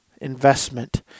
investment